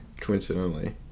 coincidentally